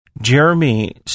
Jeremy